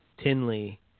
Tinley